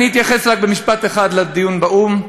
אני אתייחס רק במשפט אחד לדיון באו"ם.